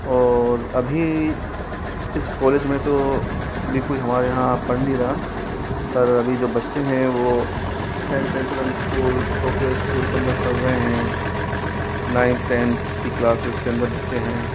और अभी इस कॉलेज में तो अभी कोई हमारे यहाँ पढ़ नहीं रहा पर अभी जो बच्चे है वो सेन्ट स्कूल सोफिया स्कूल के अंदर पढ़ रहे हैं नाइन्थ टेन्थ की क्लासेस के अंदर बच्चे हैं